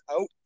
out